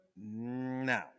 No